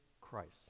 Christ